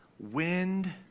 Wind